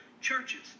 churches